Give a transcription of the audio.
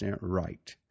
right